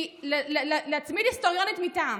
כי להצמיד היסטוריונית מטעם